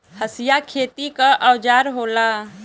हंसिया खेती क औजार होला